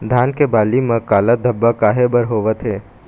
धान के बाली म काला धब्बा काहे बर होवथे?